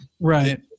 Right